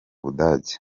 budage